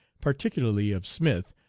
particularly of smith,